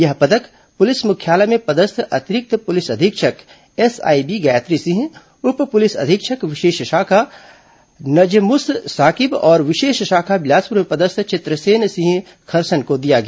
यह पदक पुलिस मुख्यालय में पदस्थ अतिरिक्त पुलिस अधीक्षक एसआईबी गायत्री सिंह उप पुलिस अधीक्षक विशेष शाखा नजमुस साकिब और विशेष शाखा बिलासपुर में पदस्थ चित्रसेन सिंह खरसन को दिया गया